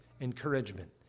encouragement